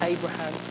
Abraham